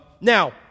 Now